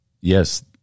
yes